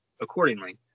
accordingly